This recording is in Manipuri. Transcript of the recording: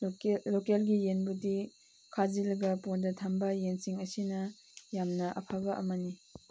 ꯂꯣꯀꯦꯜ ꯂꯣꯀꯦꯜꯒꯤ ꯌꯦꯟꯕꯨꯗꯤ ꯈꯥꯖꯤꯜꯂꯒ ꯄꯣꯟꯗ ꯊꯝꯕ ꯌꯦꯟꯁꯤꯡ ꯑꯁꯤꯅ ꯌꯥꯝꯅ ꯑꯐꯕ ꯑꯃꯅꯤ